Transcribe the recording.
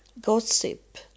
gossip